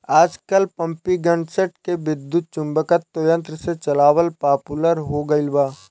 आजकल पम्पींगसेट के विद्युत्चुम्बकत्व यंत्र से चलावल पॉपुलर हो गईल बा